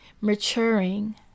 maturing